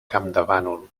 campdevànol